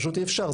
פשוט אי אפשר.